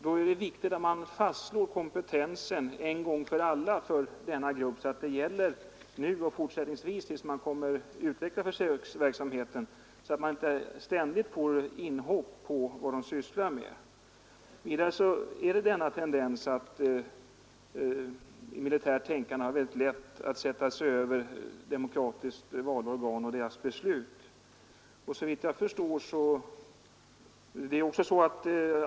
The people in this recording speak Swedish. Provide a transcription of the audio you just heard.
Då är det viktigt att en gång för alla fastslå kompetensen för denna grupp att gälla nu och fortsättningsvis tills försöksverksamheten har utvecklats, så att man inte ständigt får inhopp i fråga om vad gruppen sysslar med. Militärt tänkande personer har väldigt lätt för att sätta sig över demokratiskt valda organ och dessas beslut.